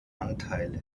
anteile